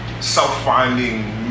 self-finding